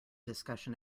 discussion